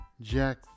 Jack